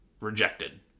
rejected